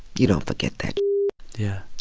you don't forget that yeah